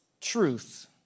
truth